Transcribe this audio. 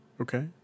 Okay